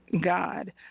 God